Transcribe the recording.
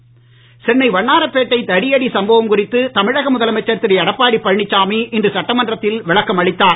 தமிழக சட்டமன்றம் சென்னை வண்ணாரப்பேட்டை தடியடி சம்பவம் குறித்து தமிழக முதலமைச்சர் திரு எடப்பாடி பழனிசாமி இன்று சட்டமன்றத்தில் விளக்கம் அளித்தார்